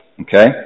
Okay